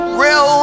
real